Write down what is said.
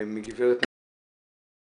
מגב' ניצה קלינר קסיר, המשנה